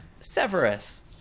severus